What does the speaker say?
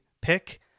pick